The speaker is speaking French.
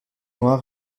noir